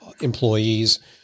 employees